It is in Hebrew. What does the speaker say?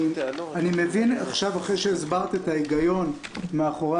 אני מבין עכשיו אחרי שהסברת את ההיגיון מאחורי